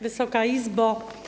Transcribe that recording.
Wysoka Izbo!